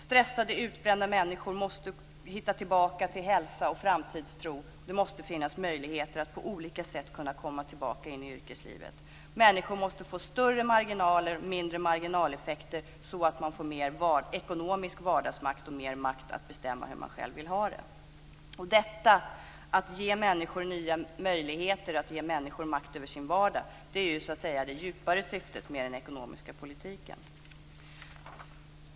Stressade och utbrända människor måste hitta tillbaka till hälsa och framtidstro. Det måste finnas möjligheter att på olika sätt komma tillbaka till yrkeslivet. Människor måste få större marginaler och mindre marginaleffekter; detta för att få mer ekonomisk vardagsmakt och mer makt att bestämma hur man själv vill ha det. Detta med att ge människor nya möjligheter och att ge människor makt över sin vardag är så att säga det djupare syftet med den ekonomiska politiken.